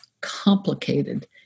complicated